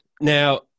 now